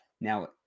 Now